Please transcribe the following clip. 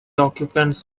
occupants